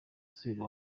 asubira